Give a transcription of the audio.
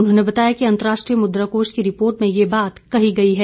उन्होंने बताया कि अंतर्राष्ट्रीय मुद्रा कोष की रिपोर्ट में यह बात कही गई है